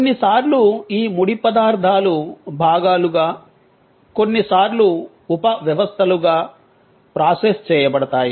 కొన్నిసార్లు ఈ ముడి పదార్థాలు భాగాలుగా కొన్నిసార్లు ఉప వ్యవస్థలుగా ప్రాసెస్ చేయబడతాయి